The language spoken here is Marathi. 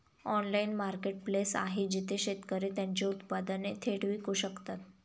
ऑनलाइन मार्केटप्लेस आहे जिथे शेतकरी त्यांची उत्पादने थेट विकू शकतात?